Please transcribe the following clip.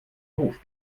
hof